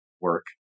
work